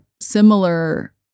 similar